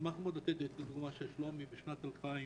בשנת 2008